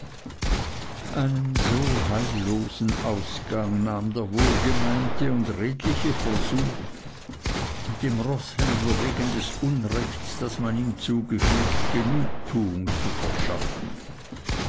einen so heillosen ausgang nahm der wohlgemeinte und redliche versuch dem roßhändler wegen des unrechts das man ihm zugefügt genugtuung zu verschaffen